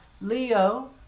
Leo